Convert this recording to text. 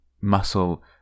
muscle